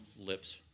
lips